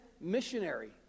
missionary